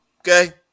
Okay